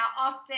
often